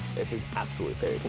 it's his absolute